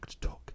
talk